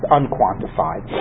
unquantified